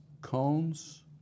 cones